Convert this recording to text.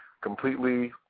completely